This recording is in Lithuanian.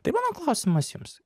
tai mano klausimas jums